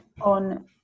on